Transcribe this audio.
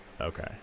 okay